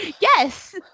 Yes